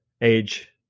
age